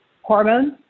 Hormones